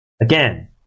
Again